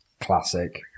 Classic